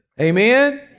Amen